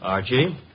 Archie